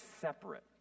separate